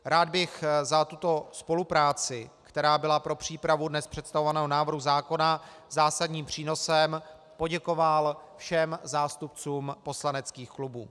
Rád bych za tuto spolupráci, která byla pro přípravu dnes představovaného návrhu zákona zásadním přínosem, poděkoval všem zástupcům poslaneckých klubů.